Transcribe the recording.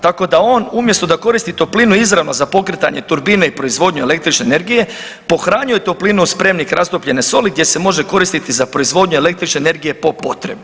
Tako da on umjesto da koristi toplinu izravno za pokretanje turbine i proizvodnje električne energije, pohranjuje toplinu u spremnik rastopljene soli gdje se može koristit za proizvodnju električne energije po potrebi.